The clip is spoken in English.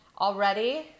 Already